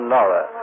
Nora